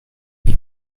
tape